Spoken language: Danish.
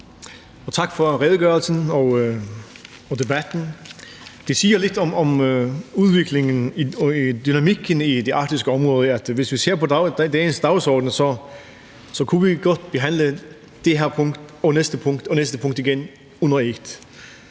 Tak for redegørelsen og debatten. Det siger lidt om udviklingen og dynamikken på det arktiske område, at hvis vi ser på dagens dagsorden, kunne vi godt behandle det her punkt og næste punkt og næste